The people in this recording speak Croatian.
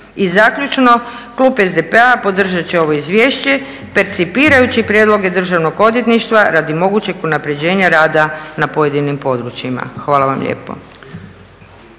I zaključno, klub SDP-a podržat će ovo izvješće percipirajući prijedlog Državnog odvjetništva radi mogućeg unapređenja rada na pojedinim područjima. Hvala vam lijepo.